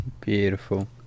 beautiful